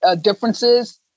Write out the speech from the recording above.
differences